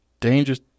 Dangerous